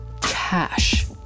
cash